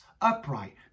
upright